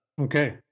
Okay